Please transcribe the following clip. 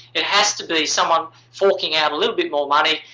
it has to be someone forking out a little bit more money.